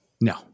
No